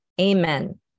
Amen